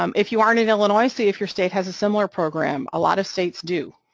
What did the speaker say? um if you aren't in illinois see if your state has a similar program, a lot of states do.